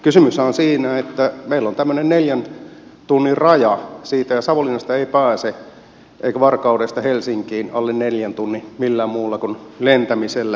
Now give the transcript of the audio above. kysymyshän on siitä että meillä on tämmöinen neljän tunnin raja eikä savonlinnasta eikä varkaudesta pääse helsinkiin alle neljän tunnin millään muulla kuin lentämisellä